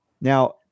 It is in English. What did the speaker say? Now